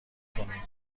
کنید